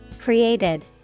Created